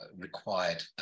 required